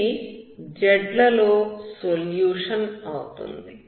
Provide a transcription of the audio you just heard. ఇది z లలో solution అవుతుంది